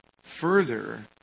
Further